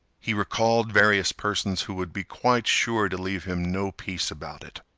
he recalled various persons who would be quite sure to leave him no peace about it.